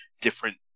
different